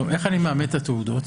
מאמת את התעודות?